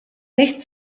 nicht